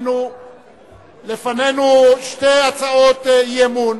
לפנינו שתי הצעות אי-אמון.